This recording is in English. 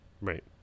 right